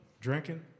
drinking